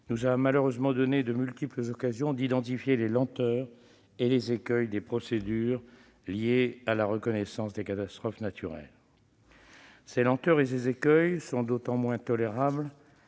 nous a malheureusement donné de multiples occasions d'identifier les lenteurs et les écueils des procédures liées à la reconnaissance des catastrophes naturelles. Ces lenteurs et ces écueils sont d'autant moins tolérables